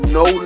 no